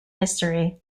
history